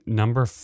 number